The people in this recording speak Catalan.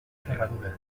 ferradura